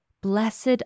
Blessed